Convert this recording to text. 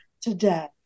today